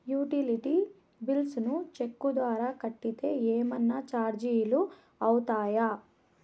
Utility bills ను cheque ద్వారా కట్టితే ఏమన్నా చార్జీలు అవుతాయా?